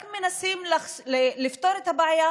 רק מנסים לפתור את הבעיה,